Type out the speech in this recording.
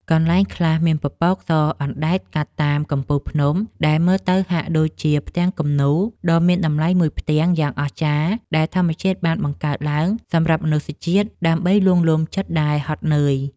កន្លែងខ្លះមានពពកពណ៌សអណ្ដែតកាត់តាមកំពូលភ្នំដែលមើលទៅហាក់ដូចជាផ្ទាំងគំនូរដ៏មានតម្លៃមួយផ្ទាំងយ៉ាងអស្ចារ្យដែលធម្មជាតិបានបង្កើតឡើងសម្រាប់មនុស្សជាតិដើម្បីលួងលោមចិត្តដែលហត់នឿយ។